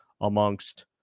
amongst